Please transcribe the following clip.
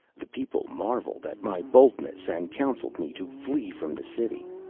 the people marvelled at my boldness, and counselled me to flee from the city.